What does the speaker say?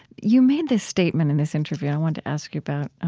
you made this statement in this interview, i wanted to ask you about.